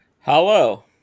Hello